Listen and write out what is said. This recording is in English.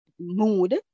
mood